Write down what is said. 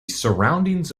surroundings